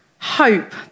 Hope